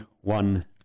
one